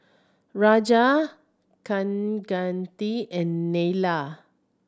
Raja Kaneganti and Neila